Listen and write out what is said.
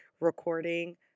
recording